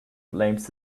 blames